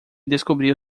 descobriu